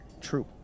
True